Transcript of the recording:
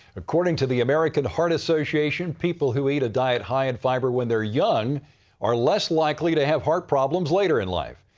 according to the american heart association, people who eat a diet high in fiber when they're young are less likely to have heart problems later in life.